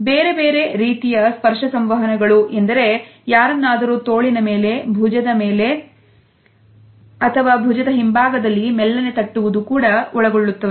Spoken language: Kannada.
ಬೇರೆ ಬೇರೆ ರೀತಿಯ ಸ್ಪರ್ಶ ಸಂವಹನಗಳು ಎಂದರೆ ಯಾರನ್ನಾದರೂ ತೋಳಿನ ಮೇಲೆ ಬುಜದ ಮೇಲೆ ಅಥವಾ ಭುಜದ ಹಿಂಭಾಗದಲ್ಲಿ ಮೆಲ್ಲನೆ ತಟ್ಟುವುದನ್ನು ಕೂಡ ಒಳಗೊಳ್ಳುತ್ತವೆ